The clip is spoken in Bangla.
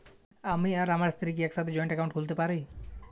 আমি আর আমার স্ত্রী কি একসাথে জয়েন্ট অ্যাকাউন্ট খুলতে পারি?